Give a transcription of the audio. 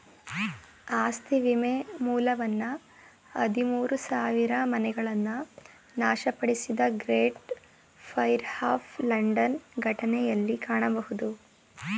ಆಸ್ತಿ ವಿಮೆ ಮೂಲವನ್ನ ಹದಿಮೂರು ಸಾವಿರಮನೆಗಳನ್ನ ನಾಶಪಡಿಸಿದ ಗ್ರೇಟ್ ಫೈರ್ ಆಫ್ ಲಂಡನ್ ಘಟನೆಯಲ್ಲಿ ಕಾಣಬಹುದು